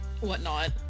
whatnot